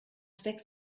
sechs